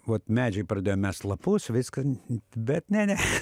vat medžiai pradėjo mest lapus viską bet ne ne